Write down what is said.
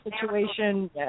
situation